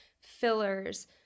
fillers